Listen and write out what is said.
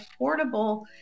affordable